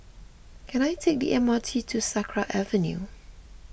can I take the M R T to Sakra Avenue